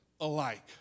alike